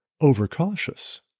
overcautious